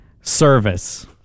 service